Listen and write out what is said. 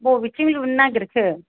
बबेथिं लुनो नागेरखो